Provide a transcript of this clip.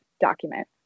document